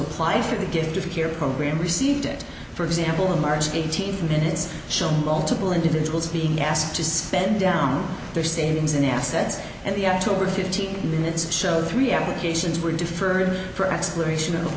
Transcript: apply for the gift of care program received it for example in march eighteenth minutes show multiple individuals being asked to spend down their savings in assets and they actually were fifteen minutes show three applications were deferred for exploration of